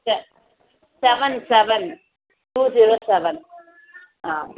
செ seven seven two zero seven ஆ